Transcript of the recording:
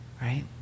right